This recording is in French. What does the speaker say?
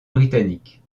britannique